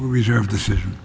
reserve decision